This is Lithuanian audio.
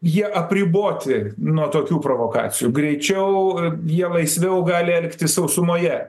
jie apriboti nuo tokių provokacijų greičiau jie laisviau gali elgtis sausumoje